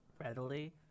Readily